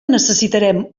necessitarem